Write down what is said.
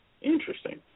Interesting